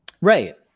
Right